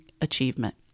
achievement